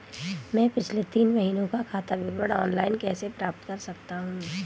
मैं पिछले तीन महीनों का खाता विवरण ऑनलाइन कैसे प्राप्त कर सकता हूं?